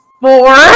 four